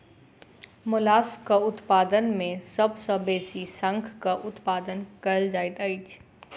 मोलास्कक उत्पादन मे सभ सॅ बेसी शंखक उत्पादन कएल जाइत छै